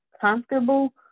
comfortable